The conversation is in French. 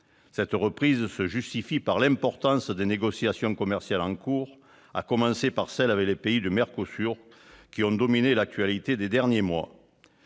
cette reprise étant justifiée par l'importance des négociations commerciales en cours, à commencer par celles avec les pays du MERCOSUR, qui ont dominé l'actualité des derniers mois.